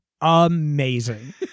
Amazing